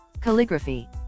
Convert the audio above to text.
calligraphy